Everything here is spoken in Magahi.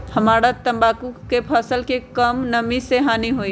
हमरा तंबाकू के फसल के का कम नमी से हानि होई?